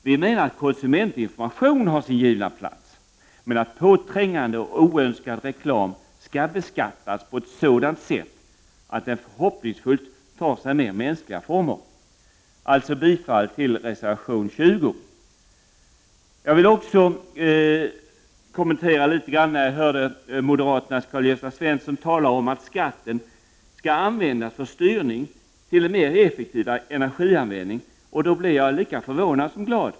Vi menar att konsumentinformation har sin givna plats, men att påträngande och oönskad reklam skall beskattas på ett sådant sätt att den förhoppningsfullt tar sig mer mänskliga former. Jag yrkar bifall till reservation 20. Jag vill också kommentera vad moderaternas Karl-Gösta Svenson sade. Han talade om att skatten skall användas för styrning till effektivare energianvändning. Då blir jag lika förvånad som glad.